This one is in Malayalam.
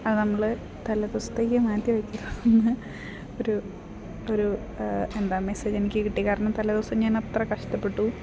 അത് നമ്മൾ തലദിവസത്തേക്ക് മാറ്റിവെക്കന്ന് ഒരു ഒരു എന്താ മെസേജ് എനിക്ക് കിട്ടി കാരണം തലേദിവസം ഞാനത്ര കഷ്ടപ്പെട്ടു